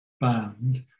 band